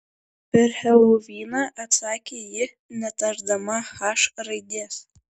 per heloviną atsakė ji netardama h raidės